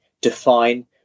define